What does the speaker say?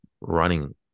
running